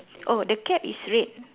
oh the cap is red